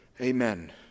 Amen